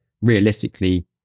realistically